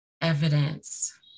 evidence